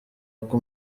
uko